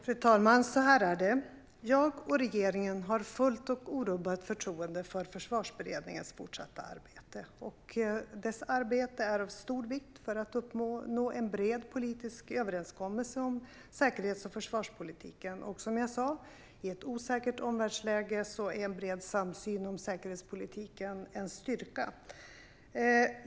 Fru talman! Så här är det: Jag och regeringen har fullt och orubbat förtroende för Försvarsberedningens fortsatta arbete. Dess arbete är av stor vikt för att vi ska kunna uppnå en bred politisk överenskommelse om säkerhets och försvarspolitiken. Som jag sa: I ett osäkert omvärldsläge är en bred samsyn om säkerhetspolitiken en styrka.